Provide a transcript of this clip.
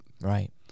right